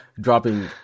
dropping